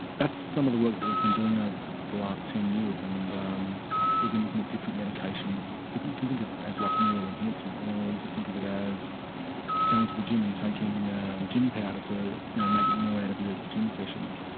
that's some of the work that we've been doing over the last ten years and um we've been looking at different medications. you can think of it as like neural enhancement or you can think of it as going to the gym and taking gym powder to you know make more out of your gym sessions.